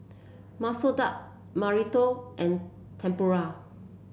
Masoor Dal and Tempura